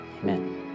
amen